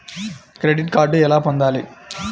Credit card ఎలా పొందాలి?